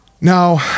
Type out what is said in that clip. Now